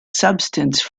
substance